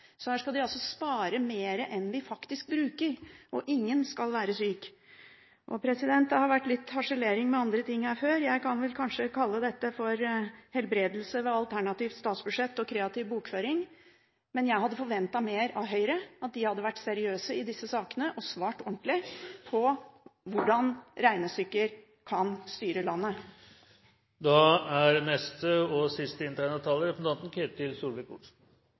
Så her skal de altså spare mer enn vi faktisk bruker, og ingen skal være syke. Det har vært litt harselering med andre ting her før. Jeg kan vel kanskje kalle dette for helbredelse ved alternativt statsbudsjett og kreativ bokføring. Jeg hadde forventet mer av Høyre – at de hadde vært seriøse i disse sakene og svart ordentlig på hvordan regnestykker kan styre landet. Det er interessant å oppleve Arbeiderpartiets indre liv, der representanten